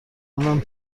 اونم